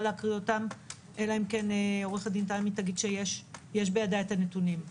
להקריא אותם אלא אם כן עו"ד תמיד תגיד שיש בידיה הנתונים.